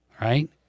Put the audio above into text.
right